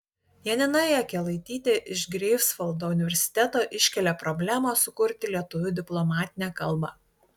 janina jakelaitytė iš greifsvaldo universiteto iškelia problemą sukurti lietuvių diplomatinę kalbą